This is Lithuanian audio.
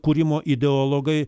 kūrimo ideologai